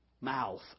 mouth